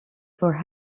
for